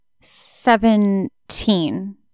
Seventeen